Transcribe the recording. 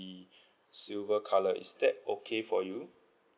silver colour is that okay for you